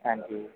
ਹਾਂਜੀ